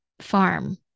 farm